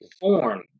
Form